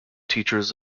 teachers